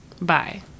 bye